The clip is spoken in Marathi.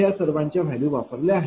हे P साठी आहे